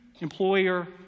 employer